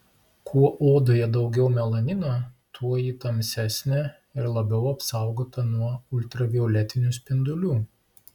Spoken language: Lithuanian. kuo odoje daugiau melanino tuo ji tamsesnė ir labiau apsaugota nuo ultravioletinių spindulių